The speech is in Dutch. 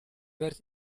werd